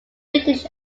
british